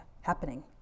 happening